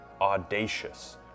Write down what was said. audacious